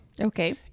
Okay